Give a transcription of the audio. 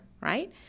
right